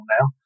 now